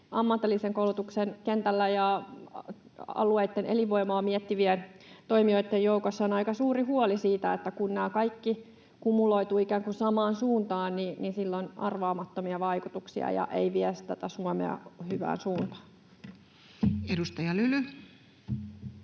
ammatillisen koulutuksen kentällä ja alueitten elinvoimaa miettivien toimijoitten joukossa on aika suuri huoli siitä, että kun nämä kaikki kumuloituvat ikään kuin samaan suuntaan, niin sillä on arvaamattomia vaikutuksia ja se ei vie tätä Suomea hyvään suuntaan. [Speech 209]